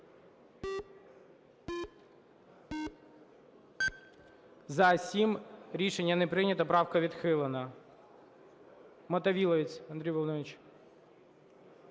За-7 Рішення не прийнято. Правка відхилена. Мотовиловець Андрій Володимирович.